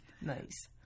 Nice